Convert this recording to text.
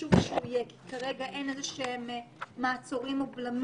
שלא לדבר על זה שהבדיקות הסרולוגיות מתחילות רק היום בקופות